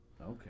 Okay